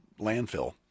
landfill